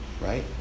right